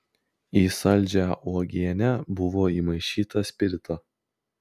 į saldžią uogienę buvo įmaišyta spirito